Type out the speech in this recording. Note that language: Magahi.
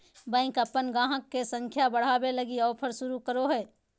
बैंक अपन गाहक के संख्या बढ़ावे लगी ऑफर शुरू करो हय